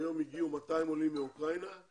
על סדר היום ציון יום העלייה בכנסת,